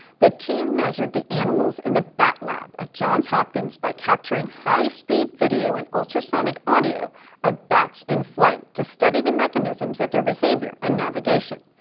the team measured the animals in the bat lab at johns hopkins by capturing high-speed video and ultrasonic audio of bats in flight to study the mechanism so of their behavior and navigation.